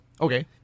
Okay